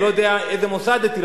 אני לא יודע איזה מוסד הטיל,